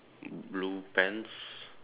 blue pants